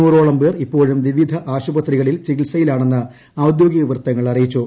നുറോളം പേർ ഇപ്പോഴും വിവിധ ആശുപത്രികളിൽ ചികിത്സയിലാണെന്ന് ഔദ്യോഗിക വൃത്തങ്ങൾ അറിയിച്ചു